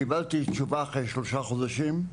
קיבלתי תשובה אחרי שלושה חודשים,